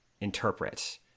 interpret